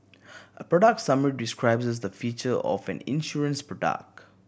a product summary describes the feature of an insurance product